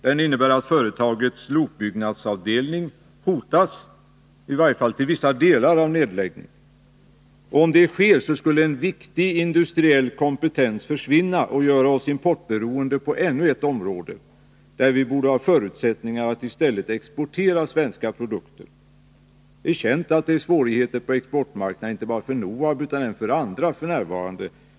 Det innebär att företagets lokbyggnadsavdelning hotas —i varje fall till vissa delar — av nedläggning. Om en nedläggning sker skulle en viktig industriell kompetens försvinna, vilket skulle göra oss importberoende på ännu ett område, där vi borde ha förutsättningar att i stället exportera svenska produkter. Det är känt att det finns svårigheter på exportmarknaden f. n., inte bara för NOHAB utan också för andra.